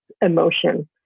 emotion